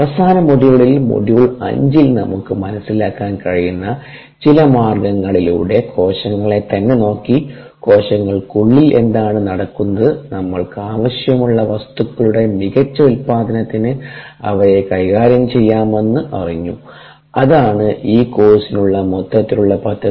അവസാന മൊഡ്യൂളിൽ മൊഡ്യൂൾ അഞ്ചിൽ നമുക്ക് മനസ്സിലാക്കാൻ കഴിയുന്ന ചില മാർഗ്ഗങ്ങളിലൂടെ കോശങ്ങളെ തന്നെ നോക്കി കോശങ്ങൾകുള്ളിൽ എന്താണ് നടക്കുന്നത് നമ്മൾക്ക് ആവശ്യമുള്ള വസ്തുക്കളുടെ മികച്ച ഉൽപാദനത്തിന് അവയെ കൈകാര്യം ചെയ്യാമെന്ന് അറിഞ്ഞു അതാണ് ഈ കോഴ്സിനുള്ള മൊത്തത്തിലുള്ള പദ്ധതി